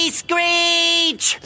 screech